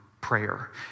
prayer